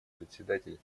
председатель